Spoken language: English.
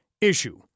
issue